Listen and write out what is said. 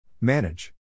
Manage